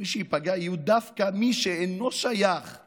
מי שייפגע יהיו דווקא מי שאינם שייכים